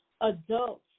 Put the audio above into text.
adults